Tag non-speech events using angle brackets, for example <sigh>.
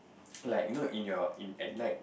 <noise> like you know in your in at night